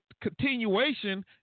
continuation